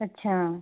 अच्छा